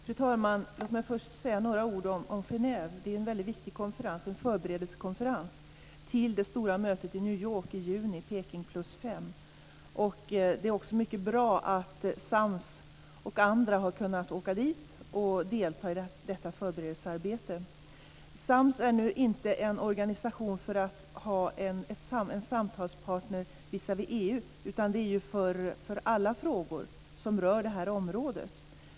Fru talman! Låt mig först säga några ord om Genève. Det är en väldigt viktig konferens - en förberedelsekonferens till det stora mötet i New York i juni - Peking + 5. Det är också mycket bra att Sams och andra har kunnat åka dit och delta i detta förberedelsearbete. Sams är nu inte en organisation som fungerar som samtalspartner visavi EU, utan den arbetar med alla frågor som rör detta område.